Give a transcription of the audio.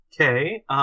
Okay